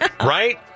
right